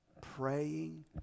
praying